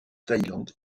thaïlande